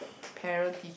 parent tea~